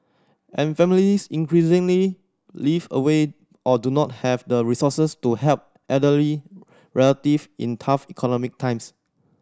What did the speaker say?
and families increasingly live away or do not have the resources to help elderly relative in tough economic times